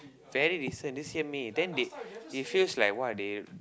very recent this year may then they it feels like what they